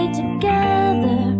together